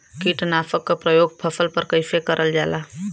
कीटनाशक क प्रयोग फसल पर कइसे करल जाला?